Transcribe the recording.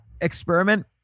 experiment